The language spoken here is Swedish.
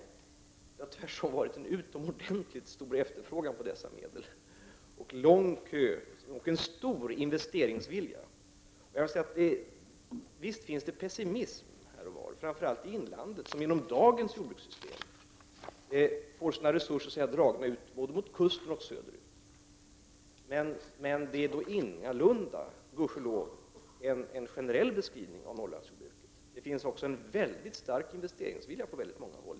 Det har tvärtom varit en utomordentligt stor efterfrågan på dessa medel, en lång kö och en stor investeringsvilja. Visst finns det pessimism här och var, framför allt i inlandet, som genom dagens jordbrukssystem får sina resurser dragna mot kusten och söderut. Men det är ingalunda, gudskelov, en generell beskrivning av Norrlandsjordbruket. Det finns också en mycket stark investeringsvilja på många håll.